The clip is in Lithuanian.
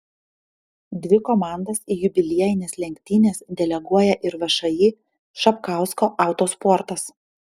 dvi komandas į jubiliejines lenktynes deleguoja ir všį čapkausko autosportas